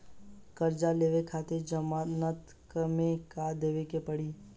कर्जा लेवे खातिर जमानत मे का देवे के पड़ी?